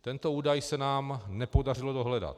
Tento údaj se nám nepodařilo dohledat.